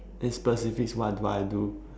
in specifics what do I do